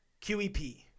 qep